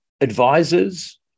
advisors